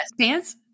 pants